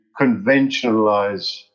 conventionalize